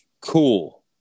cool